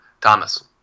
Thomas